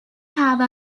have